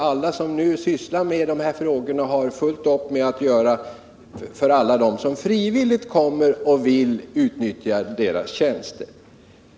Alla som nu sysslar med dessa frågor har fullt upp att göra med alla dem som frivilligt kommer och vill utnyttja deras tjänster.